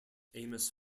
amos